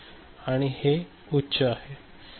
आणि हे उच्च आहे